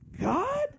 God